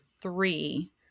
three